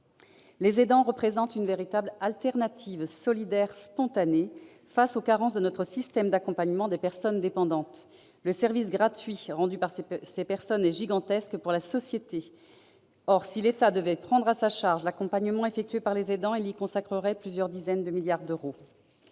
Les aidants représentent une véritable alternative solidaire spontanée face aux carences de notre système d'accompagnement des personnes dépendantes. Le service gratuit rendu par ces personnes est gigantesque pour la société : si l'État devait prendre à sa charge l'accompagnement assuré par les aidants, il y consacrerait plusieurs dizaines de milliards d'euros